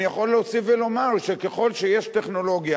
אני יכול להוסיף ולומר שככל שיש טכנולוגיה